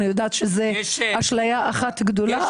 אני יודעת שזו אשליה אחת גדולה,